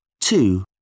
Two